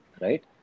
right